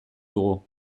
dugu